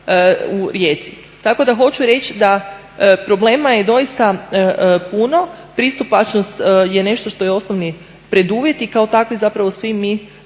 u Rijeci. Tako da hoću reći da problema je doista puno, pristupačnost je nešto što je osnovni preduvjet i kao takvi zapravo svi mi